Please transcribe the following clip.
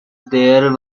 there